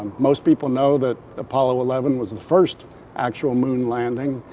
most people know that apollo eleven was the first actual moon landing,